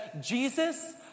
Jesus